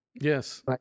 Yes